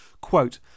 quote